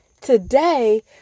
Today